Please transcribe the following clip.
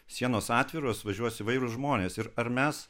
sienos atviros važiuos įvairūs žmonės ir ar mes